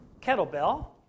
kettlebell